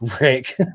Rick